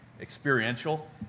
experiential